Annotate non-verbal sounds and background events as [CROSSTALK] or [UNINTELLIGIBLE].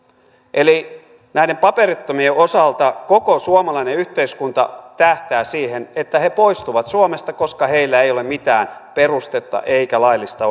eli näiden paperittomien osalta koko suomalainen yhteiskunta tähtää siihen että he poistuvat suomesta koska heillä ei ole mitään perustetta eikä laillista [UNINTELLIGIBLE]